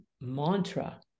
mantra